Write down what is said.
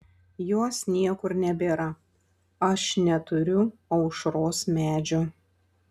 jos niekur nebėra aš neturiu aušros medžio